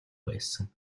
байсан